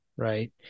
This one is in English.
Right